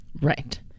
right